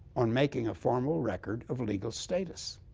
on making a formal record of legal status.